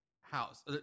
house